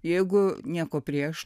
jeigu nieko prieš